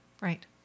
Right